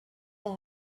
her